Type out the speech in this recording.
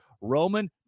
Roman